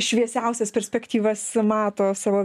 šviesiausias perspektyvas mato savo